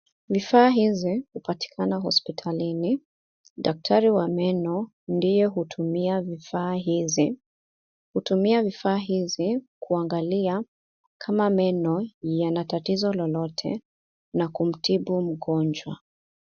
Vifaa hizi hupatikana hospitalini. Daktari wa meno ndiye hutumia vifaa hivi .Hutumia vifaa hizi kuangalia kama meno yana tatizo yoyote na kumtibu mgonjwa.